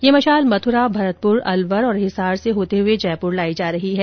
यह मशाल मथुरा भरतपुर अलवर और हिसार से होते हुए जयपुर लाई जा रही है